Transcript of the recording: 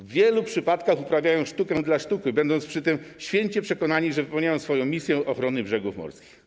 W wielu przypadkach uprawiają sztukę dla sztuki, a są przy tym święcie przekonani, że wypełniają swoją misję ochrony brzegów morskich.